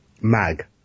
mag